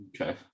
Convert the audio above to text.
Okay